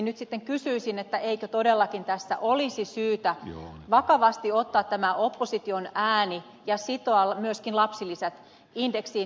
nyt sitten kysyisin eikö todellakin tässä olisi syytä vakavasti ottaa tämä opposition ääni ja sitoa myöskin lapsilisät indeksiin